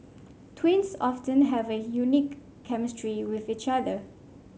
twins often have a unique chemistry with each other